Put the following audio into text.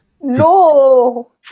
No